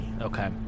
Okay